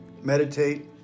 meditate